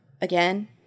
again